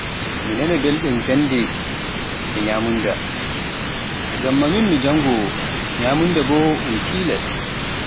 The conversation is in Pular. ɗume ke ko wonmi ɓurɗo yikki e ko waɗi nanata belɗun mun?